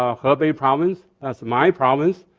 ah hebei province, that's my province.